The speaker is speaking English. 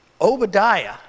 Obadiah